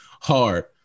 hard